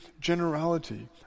generality